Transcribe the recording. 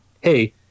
Hey